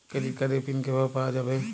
Credit কার্ডের PIN কিভাবে পাওয়া যাবে?